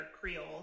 Creole